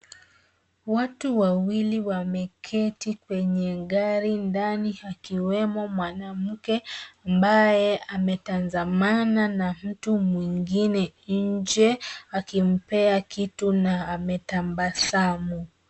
Watu wawili wameketi kwenye gari ndani akiwemo mwanamke ambaye ametazamana na mtu mwingine nje akimpea kitu na ametabasamu.